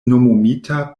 nomumita